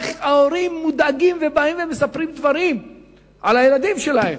איך ההורים מודאגים ומספרים דברים על הילדים שלהם.